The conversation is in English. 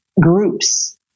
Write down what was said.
groups